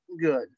good